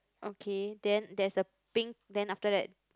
okay then there is a pink then after that